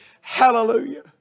Hallelujah